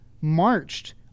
marched